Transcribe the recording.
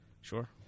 Sure